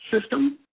system